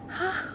!huh!